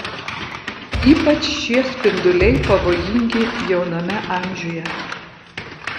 ypač šie spinduliai pavojingi jauname amžiuje